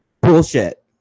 bullshit